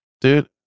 Dude